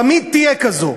תמיד תהיה כזו.